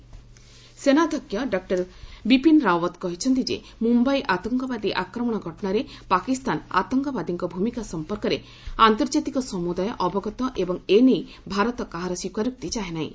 army chief Pakistan ସେନାଧ୍ୟକ୍ଷ ଡଃ ବିପିନ ରାଓ୍ୱତ କହିଛନ୍ତି ଯେ ମୁମ୍ୟାଇ ଆତଙ୍କବାଦୀ ଆକ୍ରମଣ ଘଟଣାରେ ପାକିସ୍ତାନ ଆତଙ୍କବାଦୀଙ୍କ ଭୂମିକା ସମ୍ପର୍କରେ ଆର୍ନ୍ତଜାତିକ ସମୁଦାୟ ଅବଗତ ଏବଂ ଏ ନେଇ ଭାରତ କାହାର ସ୍ୱୀକାରୋକ୍ତି ଚାହେଁ ନାହିଁ